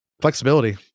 Flexibility